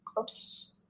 oops